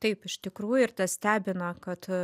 taip iš tikrųjų ir tas stebina kad